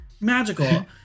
magical